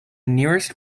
nearest